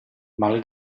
mal